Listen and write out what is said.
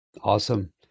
Awesome